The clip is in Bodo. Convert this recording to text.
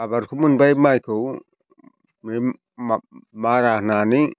आबादखौ मोनबाय माइखौ ओमफ्राय मारा होनानै